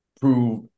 prove